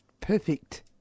perfect